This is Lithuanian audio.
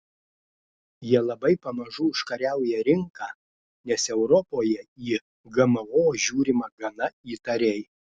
jie labai pamažu užkariauja rinką nes europoje į gmo žiūrima gana įtariai